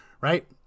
right